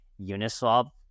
Uniswap